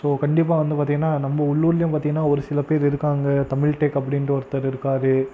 so கண்டிப்பாக வந்து பார்த்திங்கனா நம்ம உள்ளூர்லயும் பார்த்திங்கனா ஒரு சில பேர் இருக்காங்கள் தமிழ்டெக் அப்படின்ற ஒருத்தர் இருக்கார்